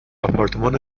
آپارتمان